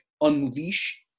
unleash